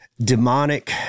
demonic